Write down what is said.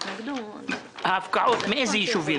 מאילו ישובים